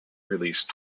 release